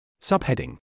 Subheading